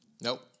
nope